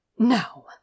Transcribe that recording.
Now